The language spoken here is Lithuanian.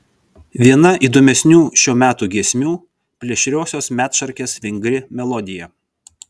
viena įdomesnių šio meto giesmių plėšriosios medšarkės vingri melodija